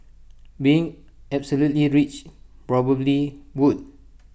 being absolutely rich probably would